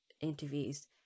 interviews